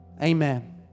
Amen